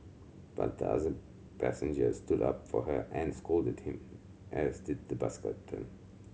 but the other passengers stood up for her and scolded him as did the bus captain